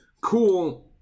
cool